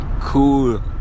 cool